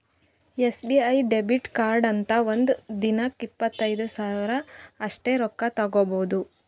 SBI debit ಕಾರ್ಡ್ಲಿಂತ ಒಂದ್ ದಿನಕ್ಕ ಇಪ್ಪತ್ತೈದು ಸಾವಿರ ಅಷ್ಟೇ ರೊಕ್ಕಾ ತಕ್ಕೊಭೌದು